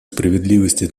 справедливости